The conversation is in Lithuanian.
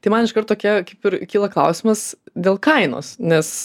tai man iškart tokia kaip ir kyla klausimas dėl kainos nes